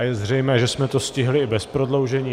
Je zřejmé, že jsme to stihli i bez prodloužení.